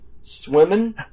swimming